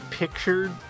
pictured